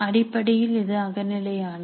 அடிப்படையில் இது அக நிலையானது